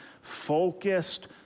focused